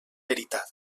veritat